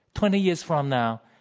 twenty years from now,